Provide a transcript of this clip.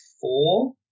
four